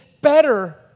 better